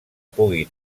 pugui